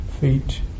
feet